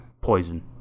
Poison